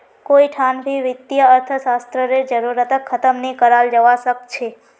कोई ठान भी वित्तीय अर्थशास्त्ररेर जरूरतक ख़तम नी कराल जवा सक छे